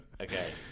okay